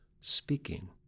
speaking